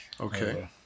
Okay